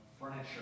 furniture